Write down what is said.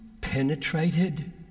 penetrated